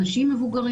אנשים מבוגרים.